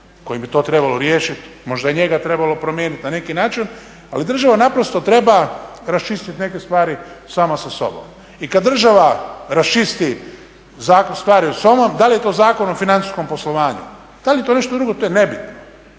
kojim bi to trebalo riješiti, možda je i njega trebalo promijeniti na neki način, ali država naprosto treba raščistiti neke stvari sama sa sobom i kad država raščisti …, da li je to Zakon o financijskom poslovanju, to je nešto drugo, to je nebitno,